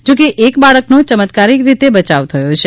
જોકે એક બાળકનો યમત્કારિક રીતે બચાવ થયો છે